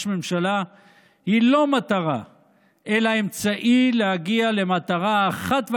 הממשלה היא לא מטרה אלא אמצעי להגיע למטרה האחת והיחידה,